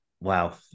wow